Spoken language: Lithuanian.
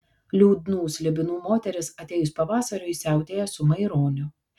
liūdnų slibinų moteris atėjus pavasariui siautėja su maironiu